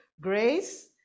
grace